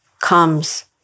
comes